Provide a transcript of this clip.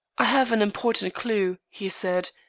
i have an important clue, he said,